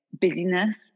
busyness